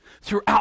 throughout